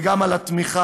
וגם על התמיכה,